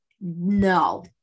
No